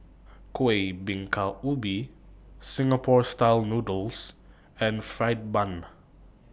Kueh Bingka Ubi Singapore Style Noodles and Fried Bun